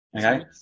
Okay